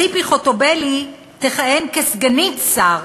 ציפי חוטובלי תכהן כסגנית שר,